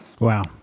Wow